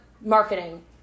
marketing